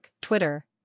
Twitter